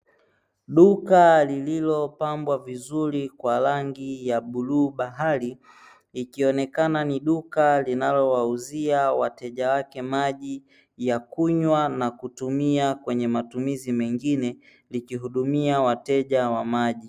Duka lililopambwa vizuri kwa rangi ya bluu bahari, likionekana ni duka linalo wauzia wateja wake maji ya kunywa na kutumia kwenye matumizi mengine likihudumia wateja wa maji.